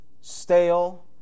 stale